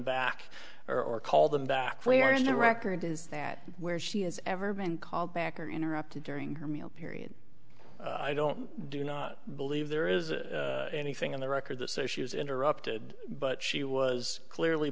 back or or call them back where in the record is that where she has ever been called back or interrupted during her meal period i don't do not believe there is anything in the record to say she was interrupted but she was clearly